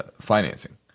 financing